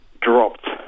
dropped